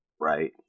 right